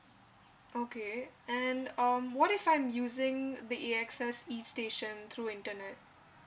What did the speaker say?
okay and um what if I'm using the A_X_S e station through internet